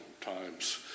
times